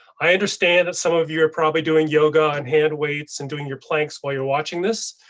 i understand that some of you are probably doing yoga and hand weights and doing your planks while you're watching this,